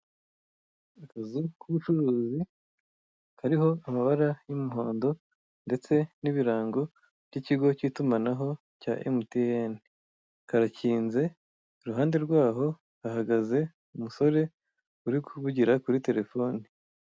Akazu k'ubucuruzi kariho amabara y'umuhundo ndetse n'ibirango by'ikigo k'itumanaho cya Mtn. Karakinze iruhande rwaho hahagaze umusore uri kuvugira kuri telefone.